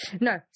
No